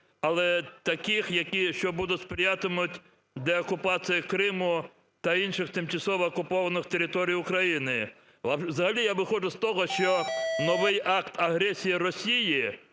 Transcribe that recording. але таких, які, що будуть сприятимуть деокупації Криму та інших тимчасово окупованих територій України. Взагалі я виходжу з того, що новий акт агресії Росії